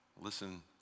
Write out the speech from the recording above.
Listen